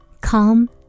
Come